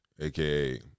aka